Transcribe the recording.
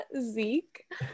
Zeke